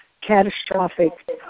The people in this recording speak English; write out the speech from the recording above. catastrophic